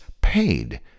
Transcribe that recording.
paid